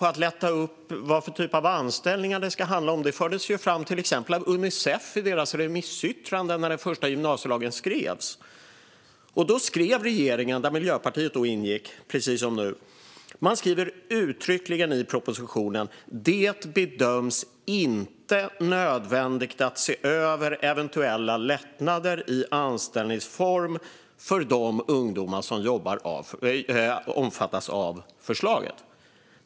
Att lätta upp vilken typ av anställning det kan handla om förde till exempel Unicef fram i sitt remissyttrande när den första gymnasielagen skrevs. I propositionen skrev då regeringen, där Miljöpartiet ingick, precis som nu, uttryckligen: "Det bedöms inte nödvändigt att se över eventuella lättnader i anställningsform för de ungdomar som omfattas av förslaget."